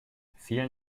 vielen